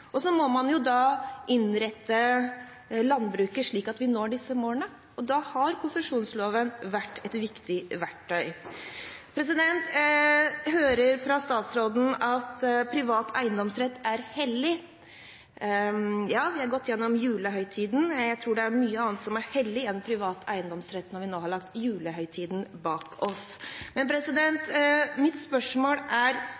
Så må man innrette landbruket slik at vi når disse målene, og da har konsesjonsloven vært et viktig verktøy. Jeg hører fra statsråden at privat eiendomsrett er hellig. Ja, når vi nå har lagt julehøytiden bak oss, tror jeg det er mye annet som er hellig enn privat eiendomsrett. Mitt spørsmål, utover dette som er hellig for Fremskrittspartiet og Høyre, er: